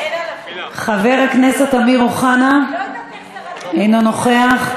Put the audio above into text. אין, אין על, חבר הכנסת אמיר אוחנה, אינו נוכח.